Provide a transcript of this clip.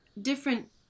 different